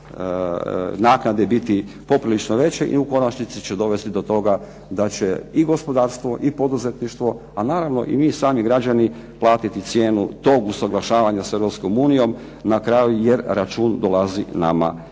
naknade biti poprilično veće i u konačnici će dovesti do toga da će i gospodarstvo i poduzetništvo, a naravno i mi sami građani platiti cijenu tog usuglašavanja sa Europskom unijom, na kraju jer račun dolazi nama